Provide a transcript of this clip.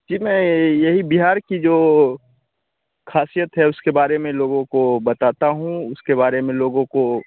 जी मैं यही बिहार की जो ख़ासियत है उसके बारे में लोगों को बताता हूँ उसके बारे में लोगों को